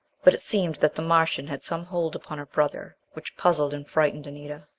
but it seemed that the martian had some hold upon her brother, which puzzled and frightened anita.